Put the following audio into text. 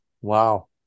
Wow